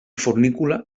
fornícula